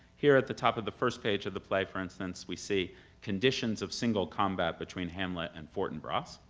here at the top of the first page of the play, for instance we see conditions of single combat between hamlet and fortinbras.